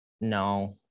No